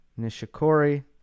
Nishikori